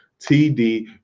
TD